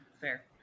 Fair